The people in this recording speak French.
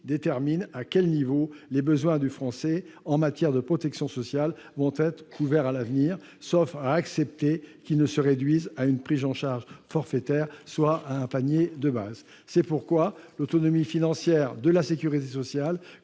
détermine à quel niveau les besoins des Français en matière de protection sociale seront couverts à l'avenir, sauf à accepter qu'ils se réduisent à une prise en charge forfaitaire, soit à un panier de base. C'est pourquoi l'autonomie financière de la sécurité sociale,